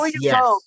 yes